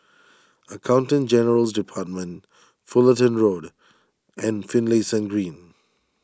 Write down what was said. Accountant General's Department Fullerton Road and Finlayson Green